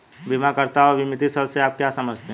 बीमाकर्ता और बीमित शब्द से आप क्या समझते हैं?